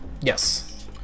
Yes